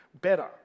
better